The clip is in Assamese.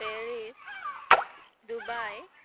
Paris Dubai